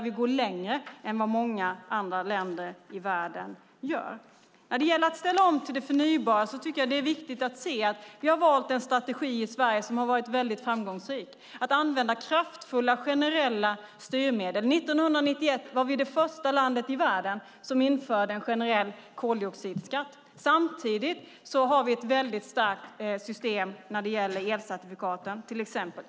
Vi går längre än vad många andra länder i världen gör. När det gäller att ställa om till det förnybara tycker jag att det är viktigt att se att vi har valt en strategi i Sverige som har varit väldigt framgångsrik, att använda kraftfulla generella styrmedel. År 1991 var vi det första landet i världen som införde en generell koldioxidskatt. Samtidigt har vi ett starkt system när det gäller elcertifikaten, till exempel.